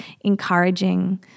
encouraging